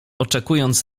oczekując